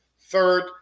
Third